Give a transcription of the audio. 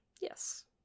Yes